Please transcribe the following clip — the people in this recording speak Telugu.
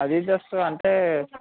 అదిదాస్ అంటే